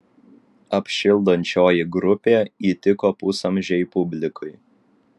apšildančioji grupė įtiko pusamžei publikai